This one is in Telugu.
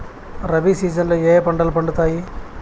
రబి సీజన్ లో ఏ ఏ పంటలు పండుతాయి